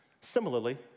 Similarly